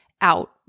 out